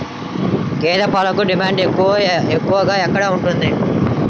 గేదె పాలకు డిమాండ్ ఎక్కడ ఎక్కువగా ఉంది?